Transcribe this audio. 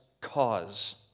cause